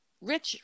rich